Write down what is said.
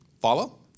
follow